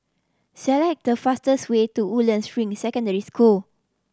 select the fastest way to Woodlands Ring Secondary School